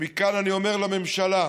ומכאן אני אומר לממשלה: